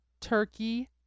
turkey